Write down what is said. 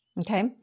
Okay